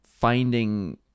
finding